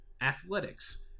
athletics